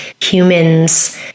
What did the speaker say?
humans